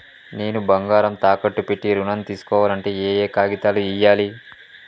నేను బంగారం తాకట్టు పెట్టి ఋణం తీస్కోవాలంటే ఏయే కాగితాలు ఇయ్యాలి?